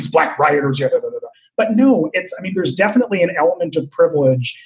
black rioters. and but but no, it's i mean, there's definitely an element of privilege.